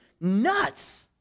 nuts